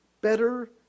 better